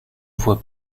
voie